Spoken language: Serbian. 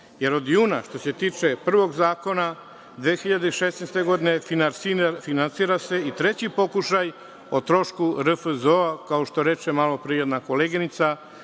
jer od juna, što se tiče prvog zakona, 2016. godine finansira se i treći pokušaj o trošku RFZO-a. Kao što reče malopre jedna koleginica,